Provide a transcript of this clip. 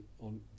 on